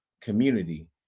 community